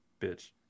Bitch